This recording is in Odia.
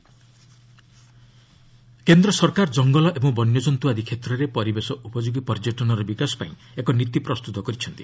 ସେଣ୍ଟର ଇକୋଟୁରିଜିମ୍ କେନ୍ଦ୍ର ସରକାର କଙ୍ଗଲ ଏବଂ ବନ୍ୟଜନ୍ତୁ ଆଦି କ୍ଷେତ୍ରରେ ପରିବେଶ ଉପଯୋଗୀ ପର୍ଯ୍ୟଟନର ବିକାଶ ପାଇଁ ଏକ ନୀତି ପ୍ରସ୍ତୁତ କରିଛନ୍ତି